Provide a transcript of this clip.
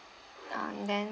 ah then